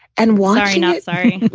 and why nights ah